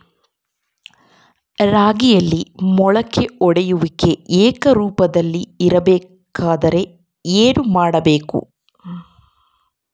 ರಾಗಿಯಲ್ಲಿ ಮೊಳಕೆ ಒಡೆಯುವಿಕೆ ಏಕರೂಪದಲ್ಲಿ ಇರಬೇಕೆಂದರೆ ಏನು ಮಾಡಬೇಕು?